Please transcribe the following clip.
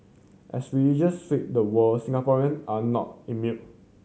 as religious sweep the world Singaporean are not immune